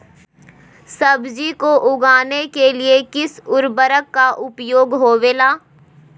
सब्जी को उगाने के लिए किस उर्वरक का उपयोग होबेला?